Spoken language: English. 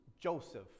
Joseph